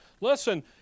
Listen